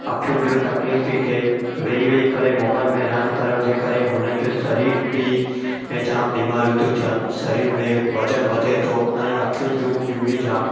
अखियुनि जो तकलीफ़ थी थिए वेही वेही करे मोबाइल में रांदि करण जे करे हुननि जो शरीर बि में जाम बीमारियूं थियूं थियनि शरीर में वज़न वधे थो ऐं अखियुनि जूं ॿियूं बि जाम